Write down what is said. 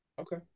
Okay